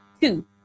Two